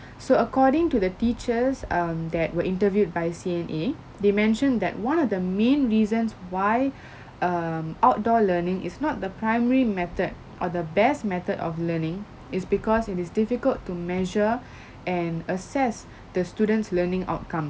so according to the teachers um that were interviewed by C_N_A they mentioned that one of the main reasons why um outdoor learning is not the primary method or the best method of learning is because it is difficult to measure and assess the students' learning outcomes